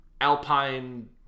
Alpine